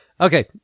Okay